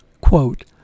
quote